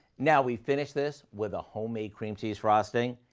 now, we finish this with a homemade cream cheese frosting,